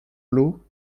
lots